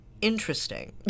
interesting